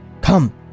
Come